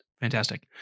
fantastic